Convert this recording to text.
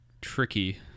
tricky